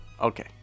Okay